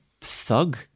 thug